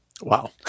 Wow